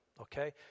okay